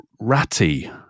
ratty